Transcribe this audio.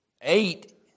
eight